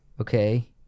Okay